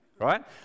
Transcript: Right